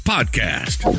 Podcast